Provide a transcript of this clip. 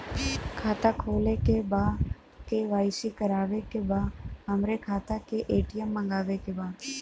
खाता खोले के बा के.वाइ.सी करावे के बा हमरे खाता के ए.टी.एम मगावे के बा?